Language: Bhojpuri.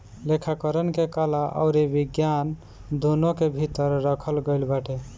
लेखाकरण के कला अउरी विज्ञान दूनो के भीतर रखल गईल बाटे